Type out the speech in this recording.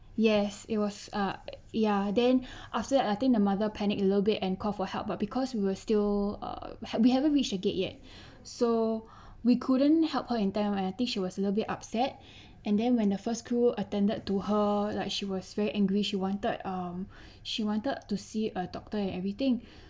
yes it was ah ya then after that I think the mother panic along way and call for help but because we're still uh we haven't reached the gate yet so we couldn't help her in time I think she was little bit upset and then when the first crew attended to her like she was very angry she wanted um she wanted to see a doctor and everything